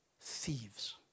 thieves